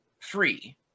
free